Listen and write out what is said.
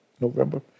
November